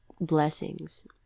blessings